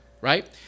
right